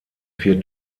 vier